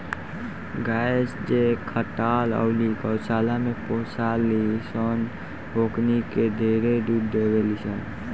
गाय जे खटाल अउरी गौशाला में पोसाली सन ओकनी के ढेरे दूध देवेली सन